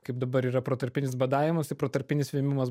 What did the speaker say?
kaip dabar yra protarpinis badavimas tai protarpinis vėmimas